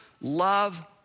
Love